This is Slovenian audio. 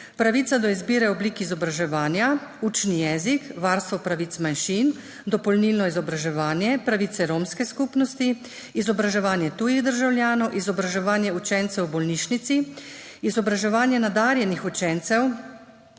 pravica do izbire oblik izobraževanja, učni jezik, varstvo pravic manjšin, dopolnilno izobraževanje, pravice romske skupnosti, izobraževanje tujih državljanov, izobraževanje učencev v bolnišnici, izobraževanje nadarjenih učencev,